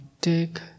take